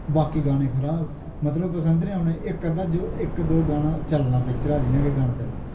बाकी गाने खराब मतलब पसंद नि औने इक अद्धा जो इक दो गाना चलना पिक्चरां जि'यां के गाना चलना